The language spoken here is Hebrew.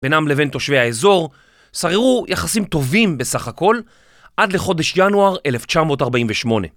בינם לבין תושבי האזור, שררו יחסים טובים בסך הכל, עד לחודש ינואר 1948.